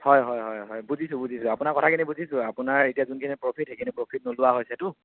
হয় হয় হয় হয় বুজিছোঁ বুজিছোঁ আপোনাৰ কথাখিনি বুজিছোঁ আপোনাৰ এতিয়া যোনখিনি প্ৰফিট সেইখিনি প্ৰফিট নোলোৱা হৈছেতো